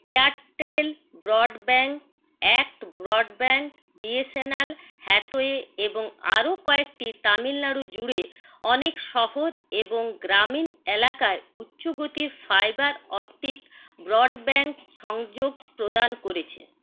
Airtel broadband ACT broadband BSNL Hathway এবং আরও কয়েকটি তামিলনাড়ু জুড়ে অনেক শহর এবং গ্রামীণ এলাকায় উচ্চগতির ফাইবার অপটিক ব্রডব্যাণ্ড সংযোগ প্রদান করেছে